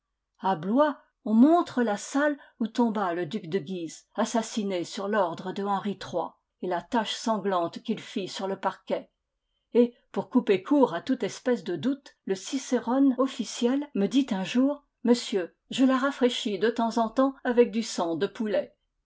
a blois on montre la salle où tomba le duc de guise assassiné sur l'ordre de henri iii et la tache sanglante qu'il fit sur le parquet et pour couper court à toute espèce de doute le cicérone officiel me dit un jour monsieur je la rafraîchis de temps en temps avec du sang de poulet